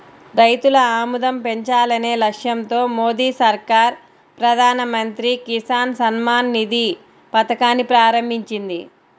రైతుల ఆదాయం పెంచాలనే లక్ష్యంతో మోదీ సర్కార్ ప్రధాన మంత్రి కిసాన్ సమ్మాన్ నిధి పథకాన్ని ప్రారంభించింది